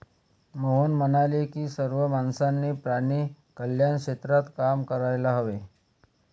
मोहन म्हणाले की सर्व माणसांनी प्राणी कल्याण क्षेत्रात काम करायला हवे